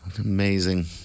Amazing